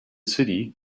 city